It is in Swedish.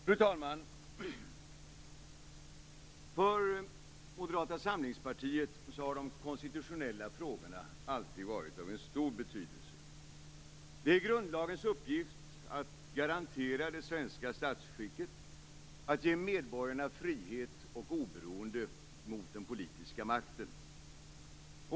Fru talman! För Moderata samlingspartiet har de konstitutionella frågorna alltid varit av stor betydelse. Det är grundlagens uppgift att garantera det svenska statsskicket och att ge medborgarna frihet och oberoende gentemot den politiska makten.